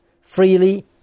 Freely